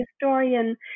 historian